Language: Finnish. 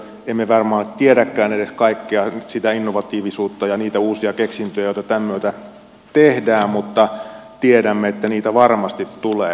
emme varmaan tiedäkään edes kaikkea sitä innovatiivisuutta ja niitä uusia keksintöjä joita tämän myötä tehdään mutta tiedämme että niitä varmasti tulee